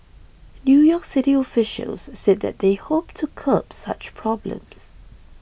New York City officials said that they hoped to curb such problems